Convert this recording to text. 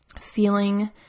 feeling